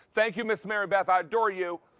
thank you, mismary beth! i adore you.